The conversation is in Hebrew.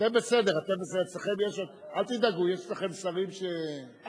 אתם בסדר, אל תדאגו, יש אצלכם שרים שלא